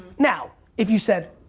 now if you said,